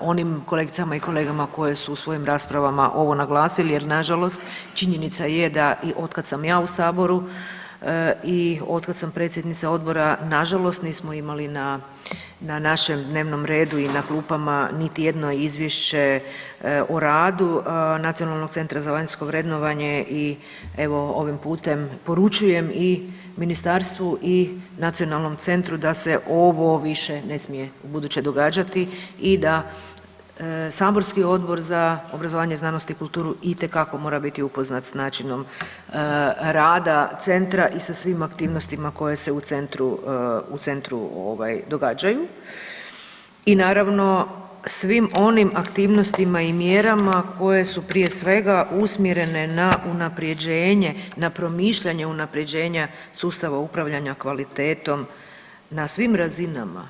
onim kolegicama i kolega koji su u svojim raspravama ovo naglasili jer nažalost činjenica je da od kada sam ja u Saboru i od kada sam predsjednica odbora, nažalost nismo imali na našem dnevnom redu i na klupama niti jedno izvješće o radu NCVVO-a i evo ovim putem poručujem i ministarstvu i nacionalnom centru da se ovo više ne smije u buduće događati i da saborski Odbor za obrazovanje, znanost i kulturu itekako mora biti upoznat s načinom rada centra i sa svim aktivnostima koje se u centru događaju i naravno svim onim aktivnostima i mjerama koje su prije svega usmjerene na unaprjeđenje na promišljanje unaprjeđenja sustava upravljanja kvalitetom na svim razinama.